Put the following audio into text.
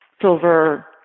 silver